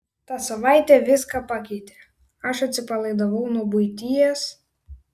ta savaitė viską pakeitė aš atsipalaidavau nuo buities